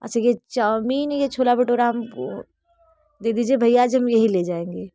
अच्छा ये चाउमीन ये छोला भटोरा हम दे दीजिए भैया आज हम यही ले जाएंगे